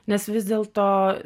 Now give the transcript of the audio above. nes vis dėlto